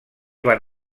van